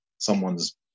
Someone's